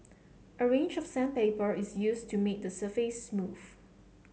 a range of sandpaper is used to make the surface smooth